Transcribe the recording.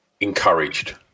encouraged